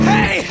Hey